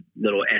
little